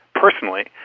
personally